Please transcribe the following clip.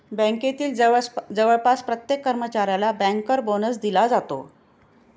बँकेतील जवळपास प्रत्येक कर्मचाऱ्याला बँकर बोनस दिला जातो